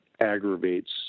aggravates